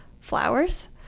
flowers